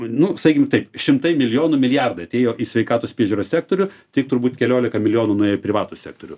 nu sakykim taip šimtai milijonų milijardai atėjo į sveikatos priežiūros sektorių tai turbūt keliolika milijonų nuėjo į privatų sektorių